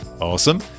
Awesome